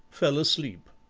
fell asleep.